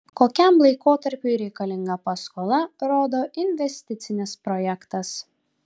kokiam laikotarpiui reikalinga paskola rodo investicinis projektas